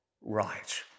right